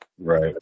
Right